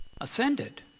ascended